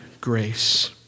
grace